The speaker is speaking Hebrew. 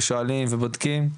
ושואלים ובודקים,